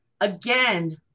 again